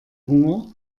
hunger